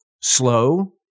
slow